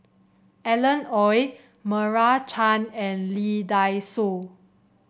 Alan Oei Meira Chand and Lee Dai Soh